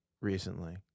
recently